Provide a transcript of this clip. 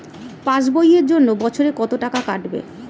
Pass বইয়ের জন্য বছরে কত টাকা কাটবে?